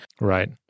Right